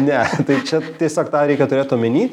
ne tai čia tiesiog tą reikia turėt omeny